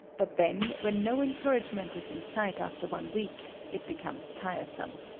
but then, when no encouragement is in sight after one week, it becomes tiresome.